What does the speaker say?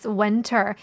winter